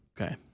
Okay